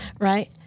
right